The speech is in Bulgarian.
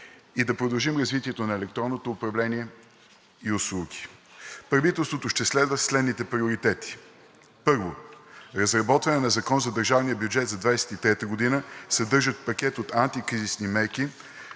и да продължим развитието на електронното управление и услуги. Правителството ще следва следните приоритети: 1. Разработване на Закон за държавния бюджет за 2023 г., съдържащ пакет от антикризисни мерки